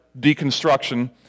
deconstruction